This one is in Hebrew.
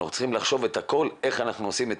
אנחנו צריכים לחשוב על הכל כיצד אנחנו עושים,